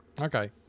Okay